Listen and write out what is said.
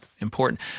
important